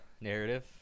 narrative